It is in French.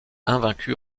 invaincu